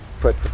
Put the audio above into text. put